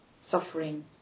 suffering